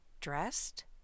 Dressed